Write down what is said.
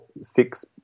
six